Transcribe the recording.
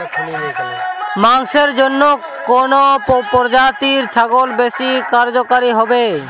মাংসের জন্য কোন প্রজাতির ছাগল বেশি কার্যকরী হবে?